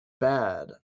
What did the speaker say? bad